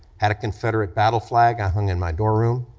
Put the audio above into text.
had a confederate battle flag i hung in my dorm room,